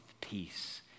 peace